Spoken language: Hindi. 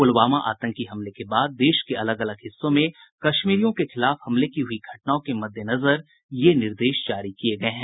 पुलवामा आतंकी हमले के बाद देश के अलग अलग हिस्सों में कश्मीरियों के खिलाफ हमले की हुयी घटनाओं के मद्देनजर ये निर्देश जारी किये गये हैं